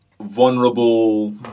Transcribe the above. vulnerable